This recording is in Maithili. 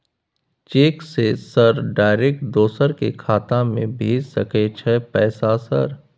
चेक से सर डायरेक्ट दूसरा के खाता में भेज सके छै पैसा सर?